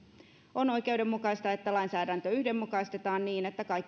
on oikeudenmukaista että lainsäädäntö yhdenmukaistetaan niin että kaikki suomessa